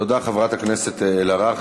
תודה, חברת הכנסת אלהרר.